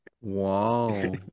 Wow